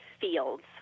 fields